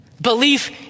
Belief